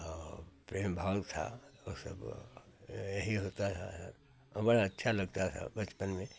और प्रेम भाव था वो सब यही होता था और बड़ा अच्छा लगता था बचपन में